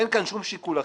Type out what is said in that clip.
אין כאן שום שיקול אחר,